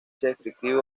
descriptivo